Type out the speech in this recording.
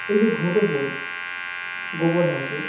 এই যে ঘুঁটে পোড়ে গোবর হাসে